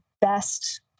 best